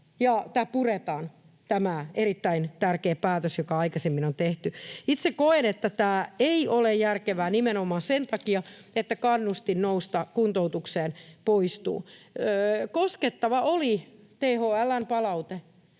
tämä puretaan, tämä erittäin tärkeä päätös, joka aikaisemmin on tehty. Itse koen, että tämä ei ole järkevää nimenomaan sen takia, että kannustin nousta kuntoutukseen poistuu. THL:n palaute